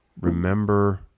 remember